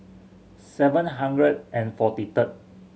seven hundred and forty third